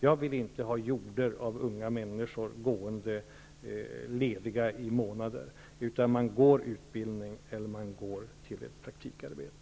Jag vill inte ha horder av unga människor gående lediga i månader, utan de unga går till utbildning eller till ett praktikarbete.